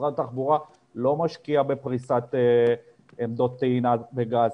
משרד התחבורה לא משקיע בפריסת עמדות טעינה בגז,